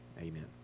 Amen